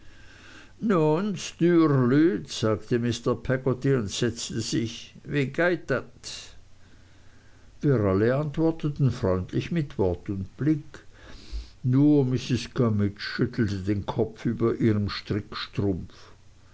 sagte mr peggotty und setzte sich wie geit dat wir alle antworteten freundlich mit wort oder blick nur mrs gummidge schüttelte den kopf über ihrem